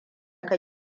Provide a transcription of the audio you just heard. ka